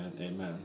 amen